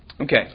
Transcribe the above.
Okay